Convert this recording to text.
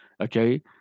Okay